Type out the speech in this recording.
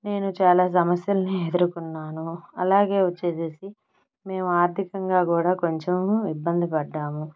నేను చాలా సమస్యలని ఎదురుకున్నాను అలాగే వచ్చేసేసి మేము ఆర్థికంగా కూడా కొంచెం ఇబ్బంది పడ్డాము